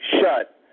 shut